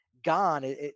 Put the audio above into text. gone